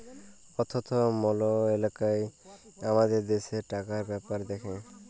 অথ্থ মলত্রলালয় আমাদের দ্যাশের টাকার ব্যাপার দ্যাখে